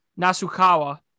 Nasukawa